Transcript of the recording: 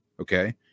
okay